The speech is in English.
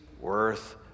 worth